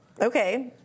Okay